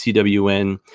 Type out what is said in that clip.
CWN